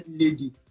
lady